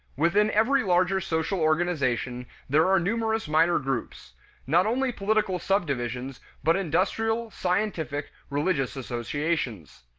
within every larger social organization there are numerous minor groups not only political subdivisions, but industrial, scientific, religious, associations.